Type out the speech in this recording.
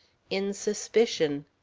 in suspicion.